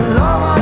long